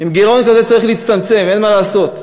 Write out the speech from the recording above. עם גירעון כזה צריך להצטמצם, אין מה לעשות.